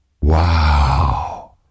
wow